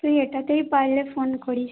তুই এটাতেই পারলে ফোন করিস